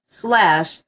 slash